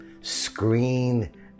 screen